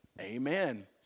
Amen